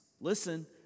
listen